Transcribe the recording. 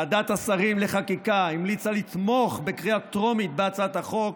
ועדת השרים לחקיקה המליצה לתמוך בקריאה טרומית בהצעת החוק,